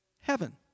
heaven